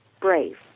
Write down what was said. brave